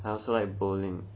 I also like bowling